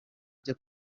jya